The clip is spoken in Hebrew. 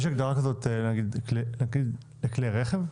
יש הגדרה כזאת לכלי רכב?